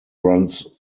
runs